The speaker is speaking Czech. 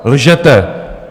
Lžete!